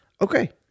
Okay